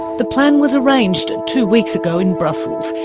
the plan was arranged two weeks ago in brussels.